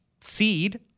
seed